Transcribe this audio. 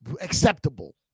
acceptable